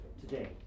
today